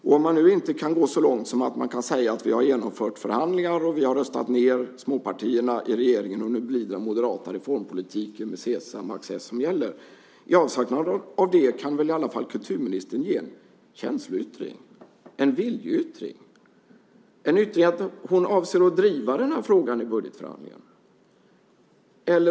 Om man inte kan gå så långt som att säga att man har genomfört förhandlingar och röstat ned småpartierna i regeringen och att det nu blir den moderata reformpolitiken med Sesam och Access som gäller, kan väl kulturministern ge en känsloyttring, en viljeyttring, en yttring att hon avser att driva frågan i budgetförhandlingarna?